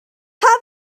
fath